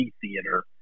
theater